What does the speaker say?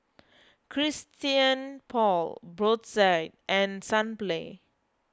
Christian Paul Brotzeit and Sunplay